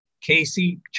Casey